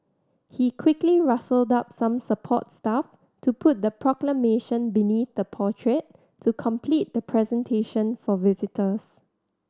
he quickly rustled up some support staff to put the Proclamation beneath the portrait to complete the presentation for visitors